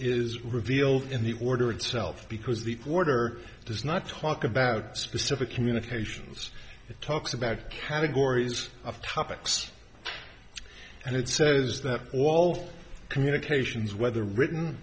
is revealed in the order itself because the order does not talk about specific communications it talks about categories of topics and it says that all communications whether written